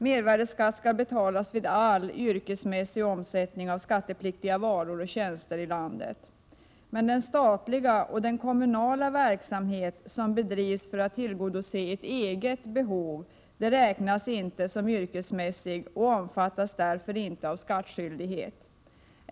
Mervärdeskatt skall betalas vid all yrkesmässig omsättning av skattepliktiga varor och tjänster i landet, men den statliga och kommunala verksamhet som bedrivs för att tillgodose ett eget behov räknas inte som yrkesmässig och omfattas därför inte av skattskyldighet.